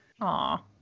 Aw